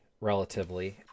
relatively